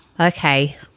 Okay